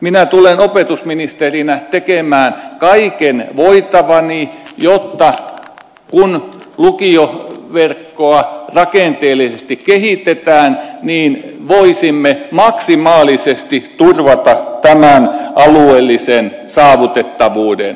minä tulen opetusministerinä tekemään kaiken voitavani jotta kun lukioverkkoa rakenteellisesti kehitetään voisimme maksimaalisesti turvata tämän alueellisen saavutettavuuden